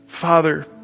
Father